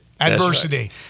Adversity